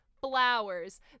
Flowers